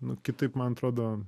nu kitaip man atrodo